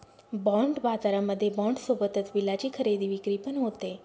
bond बाजारामध्ये bond सोबतच बिलाची खरेदी विक्री पण होते